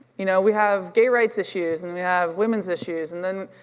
you know we have gay rights issues and we have women's issues and then,